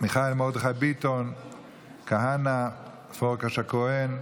מיכאל מרדכי ביטון, כהנא, פרקש הכהן,